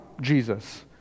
Jesus